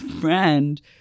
friend